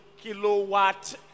kilowatt